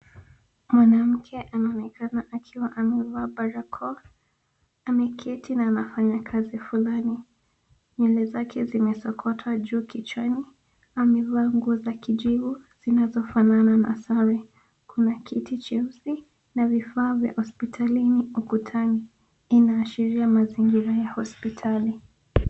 Mwanamke anaonekana akiwa amevaa barakoa, ameketi na anafanya kazi fulani. Nywele zake zimesokota juu kichwani. Amevaa nguo za kijivu zinazofanana na sare. Kuna kiti cheusi na vifaa vya hospitalini ukutani. Inaashiria mazingira ya hospitali.